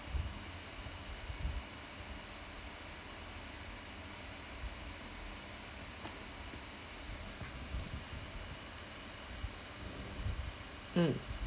mm